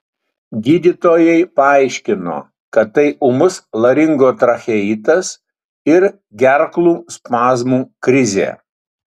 gydytojai paaiškino kad tai ūmus laringotracheitas ir gerklų spazmų krizė